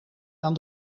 aan